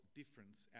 difference